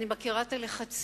אני מכירה את הלחצים,